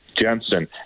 Jensen